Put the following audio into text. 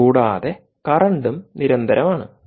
കൂടാതെ കറണ്ടും നിരന്തരം ആണ്